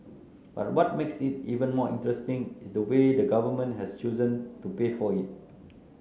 but what makes it even more interesting is the way the Government has chosen to pay for it